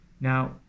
Now